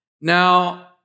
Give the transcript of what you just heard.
Now